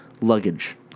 Luggage